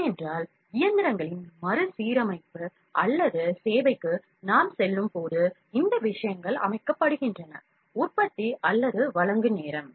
ஏனென்றால் இயந்திரங்களின் மறுசீரமைப்பு அல்லது சேவைக்கு நாம் செல்லும்போது இந்த விஷயங்கள் அமைக்கப்படுகின்றன உற்பத்தி அல்லது வழங்குநரே